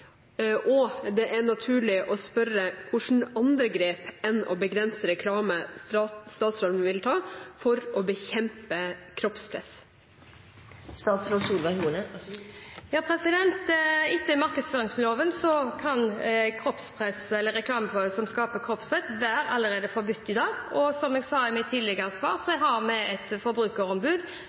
og det er naturlig å spørre hvilke andre grep enn å begrense reklame statsråden vil ta for å bekjempe kroppspress. Etter markedsføringsloven kan reklame som skaper kroppspress, være forbudt allerede i dag, og som jeg sa i mitt tidligere svar, har vi et forbrukerombud